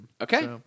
Okay